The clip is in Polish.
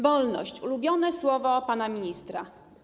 Wolność - ulubione słowo pana ministra.